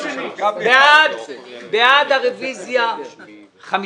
בעד הרוויזיה 5,